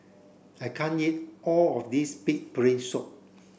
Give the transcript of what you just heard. I can't eat all of this pig brain soup